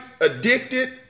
addicted